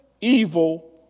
evil